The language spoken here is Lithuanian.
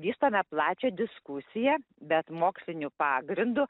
vystome plačią diskusiją bet moksliniu pagrindu